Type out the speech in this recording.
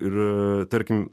ir tarkim